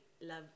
love